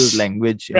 language